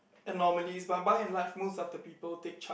abnormalies but by and large most of the people take charge